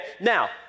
Now